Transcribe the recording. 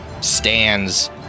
stands